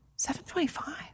7.25